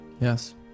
Yes